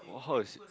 what hall is